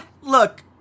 look